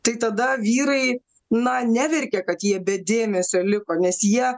tai tada vyrai na neverkia kad jie be dėmesio liko nes jie